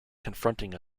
confronting